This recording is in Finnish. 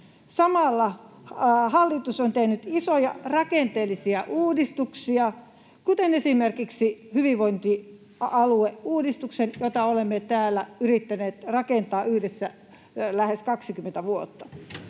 Samalla hallitus on tehnyt isoja rakenteellisia uudistuksia, kuten esimerkiksi hyvinvointialueuudistuksen, jota olemme täällä yrittäneet rakentaa yhdessä lähes 20 vuotta.